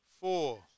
four